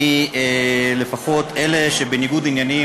לפחות אלה שבניגוד עניינים,